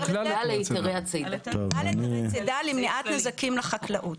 על כלל היתרי צידה למניעת נזקים לחקלאות.